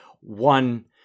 one